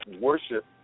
worship